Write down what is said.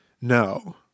No